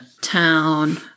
town